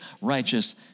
righteous